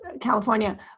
California